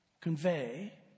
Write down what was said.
convey